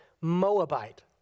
Moabite